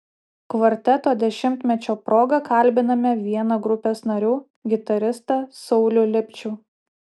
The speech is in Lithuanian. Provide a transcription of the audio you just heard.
kvarteto dešimtmečio proga kalbiname vieną grupės narių gitaristą saulių lipčių